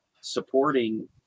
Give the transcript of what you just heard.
supporting